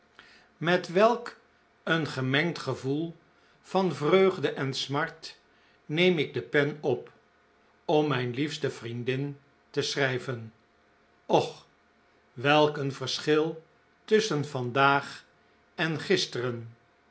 we jk een gemengd gevoel van vreugde en smart neem ik de pen op om p hfc m p mijn liefste vriendin te schrijven och welk een verschil tusschen vandaag m i oaoaoaoaoo en gisteren